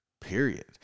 period